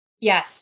Yes